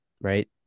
right